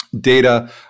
Data